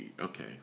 okay